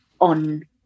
on